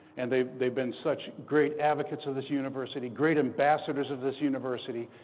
and they've they've been such great advocates of this university, great ambassadors of this university,